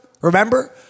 Remember